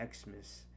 Xmas